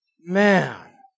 Man